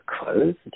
closed